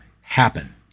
happen